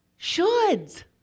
Shoulds